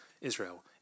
Israel